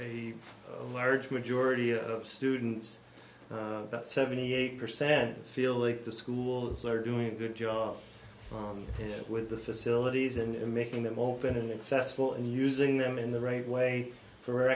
a large majority of students seventy eight percent feel like the schools are doing a good job with the facilities and making them open and accessible and using them in the right way for